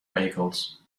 vehicles